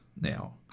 now